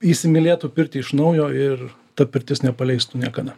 įsimylėtų pirtį iš naujo ir ta pirtis nepaleistų niekada